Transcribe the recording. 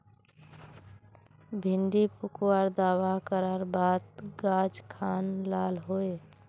भिन्डी पुक आर दावा करार बात गाज खान लाल होए?